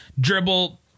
dribble